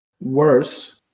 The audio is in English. worse